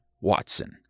Watson